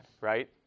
right